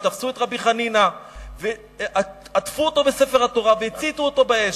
ותפסו את רבי חנינא ועטפו אותו בספר התורה והציתו אותו באש.